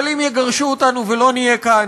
אבל אם יגרשו אותנו ולא נהיה כאן,